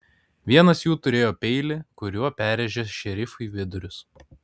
vienas jų turėjo peilį kuriuo perrėžė šerifui vidurius